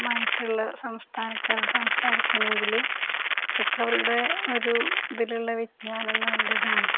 മായിട്ടുള്ള സംസ്ഥാനക്കാരോടു സംസാരിക്കുകയാണെങ്കില് കുറച്ചൊക്കെ അവരുടെ ഒരു ഇതിലുള്ള വിജ്ഞാനം നല്ലതാണ്